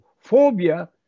Phobia